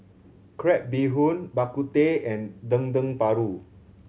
crab bee hoon Bak Kut Teh and Dendeng Paru